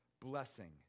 Blessing